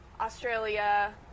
australia